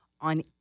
on